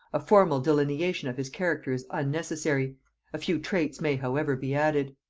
a formal delineation of his character is unnecessary a few traits may however be added.